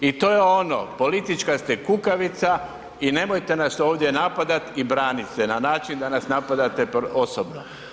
I to je ono politička ste kukavica i nemojte nas ovdje napadati i braniti se na način da nas napadate osobno.